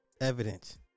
evidence